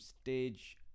stage